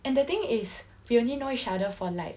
and the thing is we only know each other for like